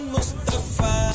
Mustafa